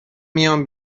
میام